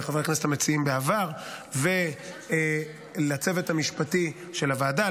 לחברי הכנסת המציעים בעבר ולצוות המשפטי של הוועדה,